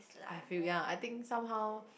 I feel ya I think somehow